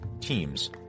teams